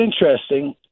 interesting